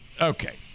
Okay